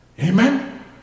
amen